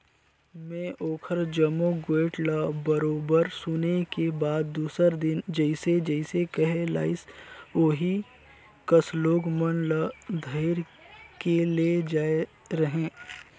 में ओखर जम्मो गोयठ ल बरोबर सुने के बाद दूसर दिन जइसे जइसे कहे लाइस ओही कस लोग मन ल धइर के ले जायें रहें